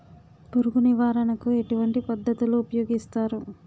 పురుగు నివారణ కు ఎటువంటి పద్ధతులు ఊపయోగిస్తారు?